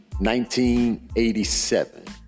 1987